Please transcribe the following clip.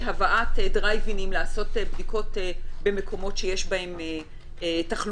הבאת מגרשי דרייב אין לעשות בדיקות במקומות שיש בהם תחלואה,